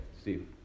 steve